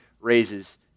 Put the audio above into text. raises